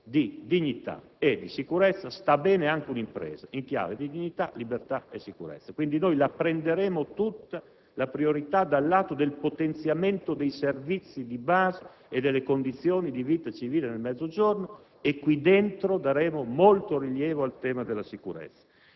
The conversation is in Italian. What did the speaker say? dignità e sicurezza, sta bene anche un'impresa in chiave di dignità, libertà e sicurezza. Pertanto, daremo la priorità al potenziamento dei servizi di base e delle condizioni di vita civile nel Mezzogiorno e al suo interno daremo molto rilievo al tema della sicurezza.